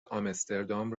آمستردام